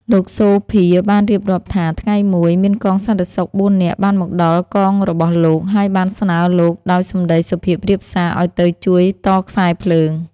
លោក សូភា បានរៀបរាប់ថា ថ្ងៃមួយ មានកងសន្តិសុខបួននាក់បានមកដល់កងរបស់លោក ហើយបានស្នើលោកដោយសម្តីសុភាពរាបសារឱ្យទៅជួយតខ្សែភ្លើង។